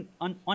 on